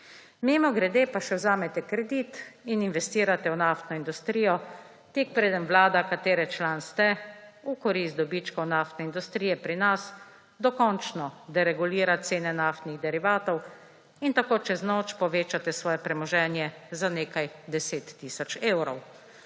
Mimogrede pa še vzamete kredit in investirate v naftno industrijo, tik preden Vlada, katere član ste, v korist dobičkov naftne industrije pri nas dokončno deregulira cene naftnih derivatov in tako čez noč povečate svoje premoženje za nekaj deset tisoč evrov.